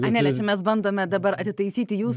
anele čia mes bandome dabar atitaisyti jūsų